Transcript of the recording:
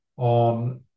on